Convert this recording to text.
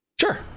sure